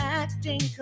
acting